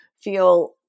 feel